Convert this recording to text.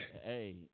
Hey